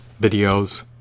videos